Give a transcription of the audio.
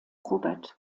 robert